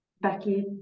becky